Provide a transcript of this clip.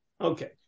Okay